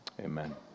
amen